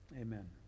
Amen